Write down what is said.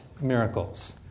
miracles